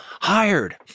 hired